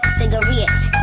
cigarettes